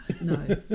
No